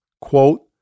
quote